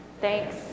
Thanks